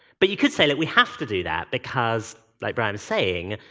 but you could say that we have to do that, because, like brian was saying,